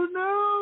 no